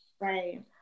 Right